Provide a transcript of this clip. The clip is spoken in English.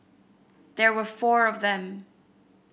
there were four of them